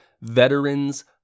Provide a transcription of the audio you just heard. veterans